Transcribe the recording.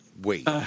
Wait